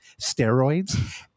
Steroids